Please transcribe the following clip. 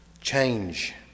change